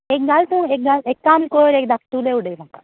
एक घाल तूं एक घाल एक काम कर एक धाकटूले उडय म्हाका